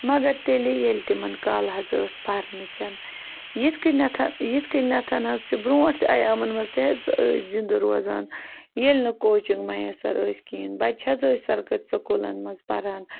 مگر تیٚلہِ ییٚلہِ تِمَن کالہٕ حظ ٲس پَرنٕچٮ۪ن یِتھ کٔنٮ۪تھٕ یِتھ کٔنٮ۪تھ حظ چھِ برٛونٛٹھ تہِ عیامَن منٛز تہِ حظ ٲسۍ زِنٛدٕ روزان ییٚلہِ نہٕ کوچِنٛگ میّسر ٲسۍ کِہیٖنۍ بَچہِ حظ ٲسۍ سرکٲرۍ سکوٗلَن منٛز پران